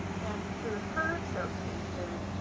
and through her showcases,